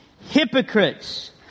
hypocrites